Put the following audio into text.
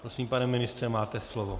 Prosím, pane ministře, máte slovo.